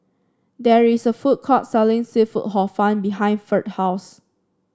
there is a food court selling seafood Hor Fun behind Ferd's house